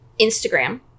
Instagram